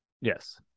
Yes